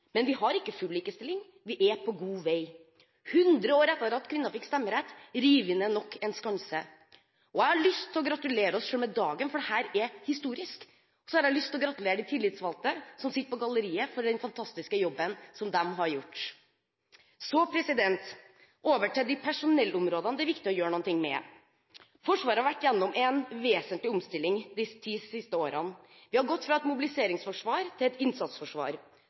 Men vi har ikke full likestilling – vi er på god vei. 100 år etter at kvinnene fikk stemmerett, river vi ned nok en skanse. Jeg har lyst til å gratulere oss selv med dagen, for dette er historisk, og så har jeg lyst til å gratulere de tillitsvalgte, som sitter på galleriet, for den fantastiske jobben som de har gjort. Så over til de personellområdene det er viktig å gjøre noe med. Forsvaret har vært igjennom en vesentlig omstilling de ti siste årene. Vi har gått fra et mobiliseringsforsvar til et innsatsforsvar.